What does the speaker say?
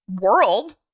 world